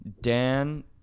Dan